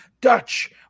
Dutch